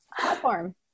platform